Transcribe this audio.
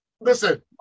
Listen